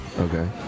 Okay